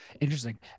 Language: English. Interesting